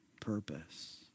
purpose